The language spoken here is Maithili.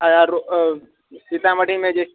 आरो ओ सीतामढ़ीमे जे